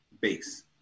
base